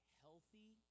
healthy